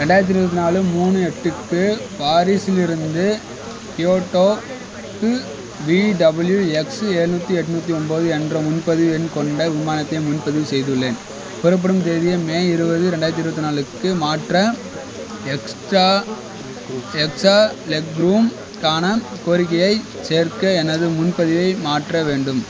ரெண்டாயிரத்து இருபத்தி நாலு மூணு எட்டுக்கு பாரிஸிலிருந்து கியோட்டோவுக்கு விடபிள்யூஎக்ஸ்ஸு ஏழ்நுாத்தி எட்நுாற்றி ஒம்பது என்ற முன்பதிவு எண் கொண்ட விமானத்தை முன்பதிவு செய்துள்ளேன் புறப்படும் தேதியை மே இருபது ரெண்டாயிரத்து இருபத்தி நாலுக்கு மாற்ற எக்ஸ்ட்ரா எக்ஸ்ட்ரா லெக் ரூமுக்கான கோரிக்கையைச் சேர்க்க எனது முன்பதிவை மாற்ற வேண்டும்